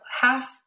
half